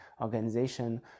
organization